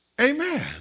Amen